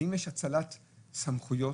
האם יש האצלת סמכויות,